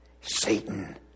Satan